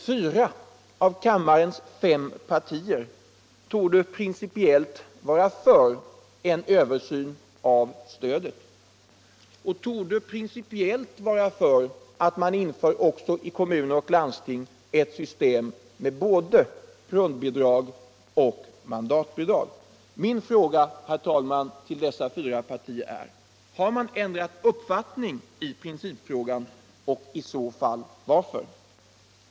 Fyra av kammarens fem partier torde principiellt vara för en översyn av stödet och ett införande även i kommuner och landsting av ett system med både grundbidrag och mandatbidrag. Min fråga till dessa fyra partier är: Har man ändrat uppfattning i principfrågan och i så fall varför?